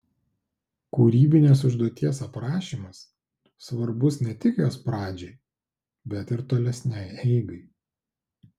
kūrybinės užduoties aprašymas svarbus ne tik jos pradžiai bet ir tolesnei eigai